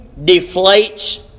deflates